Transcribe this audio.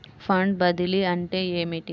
Fund బదిలీ అంటే ఏమిటి?